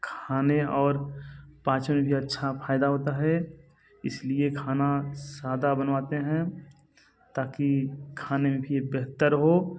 खाने और पाचन भी अच्छा फ़ायदा होता है इस लिए खाना सादा बनवाते हैं ताकि खाने में भी बेहतर हो